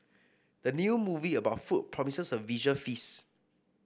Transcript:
the new movie about food promises a visual feast